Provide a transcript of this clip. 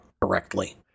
correctly